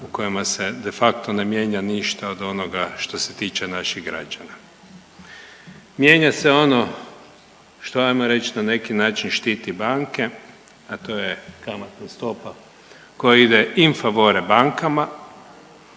u kojima se de facto ne mijenja ništa od onoga što se tiče naših građana. Mijenja se ono što ajmo reći na neki način štiti banke, a to je kamatna stopa koja ide in favorem bankama,